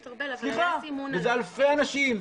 וזה אלפי אנשים.